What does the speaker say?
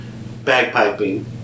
Bagpiping